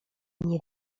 nie